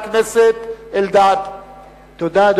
חבר הכנסת אלדד, בבקשה.